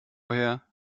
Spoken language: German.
her